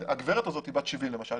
הגברת הזאת בת 70 למשל,